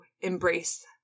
embrace